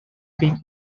gain